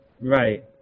Right